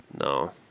No